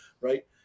right